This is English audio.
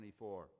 24